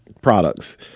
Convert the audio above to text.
products